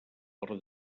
per